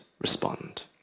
respond